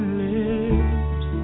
lips